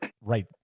right